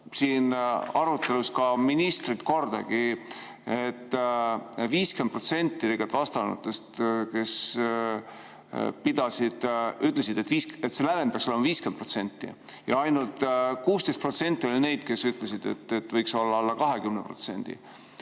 siin arutelus ka ministrilt kordagi seda, et 50% vastanutest ütlesid, et see lävend peaks olema 50%, ja ainult 16% oli neid, kes ütlesid, et võiks olla alla 20%.